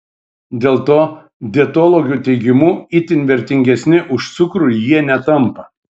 dėl to dietologių teigimu itin vertingesni už cukrų jie netampa